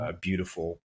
Beautiful